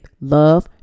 love